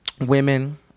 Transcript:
women